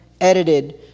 edited